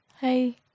hey